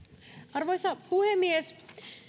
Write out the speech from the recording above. arvoisa puhemies